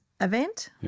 event